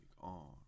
on